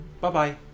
Bye-bye